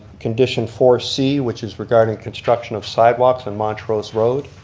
condition four c which is regarding construction of side walks on montrose road.